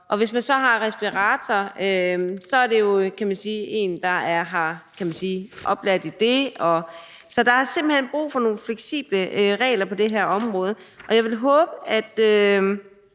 og hvis man så har respirator, er det jo en, der er oplært i det. Så der er simpelt hen brug for nogle fleksible regler på det her område, og jeg vil håbe, at